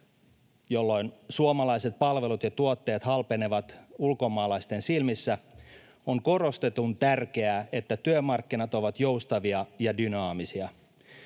jolloin suomalaiset palvelut ja tuottajat halpenevat ulkomaalaisten silmissä, on korostetun tärkeää, että työmarkkinat ovat joustavia ja dynaamisia.